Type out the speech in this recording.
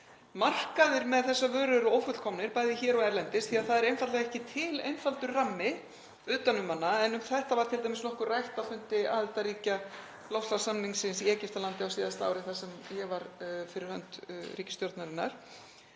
Markaðir með þessa vöru eru ófullkomnir, bæði hér og erlendis, því að það er einfaldlega ekki til einfaldur rammi utan um hana. Um þetta var t.d. nokkuð rætt á fundi aðildarríkja loftslagssamningsins í Egyptalandi á síðasta ári þar sem ég var fyrir hönd ríkisstjórnarinnar.